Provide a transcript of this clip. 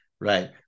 Right